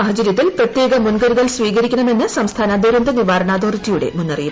സാഹചരൃത്തിൽ പ്രത്യേക മുൻകരുതൽ സ്വീകരിക്കണമെന്ന് സംസ്ഥാന ദുരന്ത നിവാരണ അതോറിറ്റിയുടെ മുന്നറിയിപ്പ്